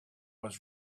was